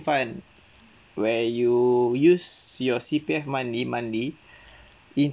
fund where you use your C_P_F money money